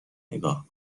نگاه